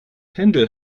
händel